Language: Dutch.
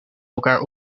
elkaar